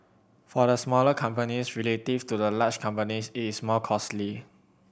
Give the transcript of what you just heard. for the smaller companies relative to the large companies it is more costly